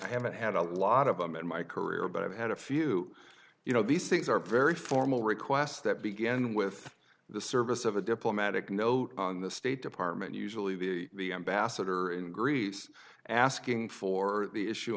i haven't had a lot of them in my career but i've had a few you know these things are very formal requests that begin with the service of a diplomatic note on the state department use the ambassador in greece asking for the issu